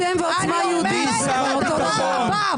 אתם ועוצמה יהודית אותו דבר.